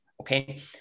Okay